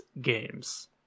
games